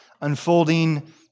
unfolding